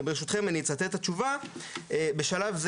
וברשותכם אני אצטט את התשובה: "בשלב זה